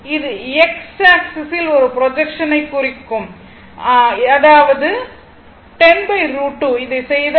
இது x axis ஒரு projection ஆகும் அதாவது 10 √ 2 இதைச் செய்தால்